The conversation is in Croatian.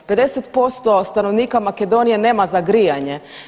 50% stanovnika Makedonije nema za grijanje.